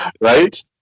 Right